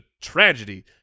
tragedy